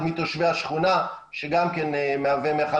אחד מתושבי השכונה שגם כן מהווה מאחד